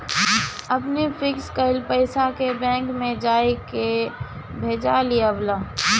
अपनी फिक्स कईल पईसा के तू बैंक जाई के भजा लियावअ